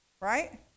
right